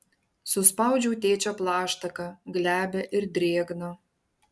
suspaudžiau tėčio plaštaką glebią ir drėgną